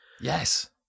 yes